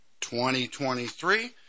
2023